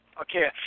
Okay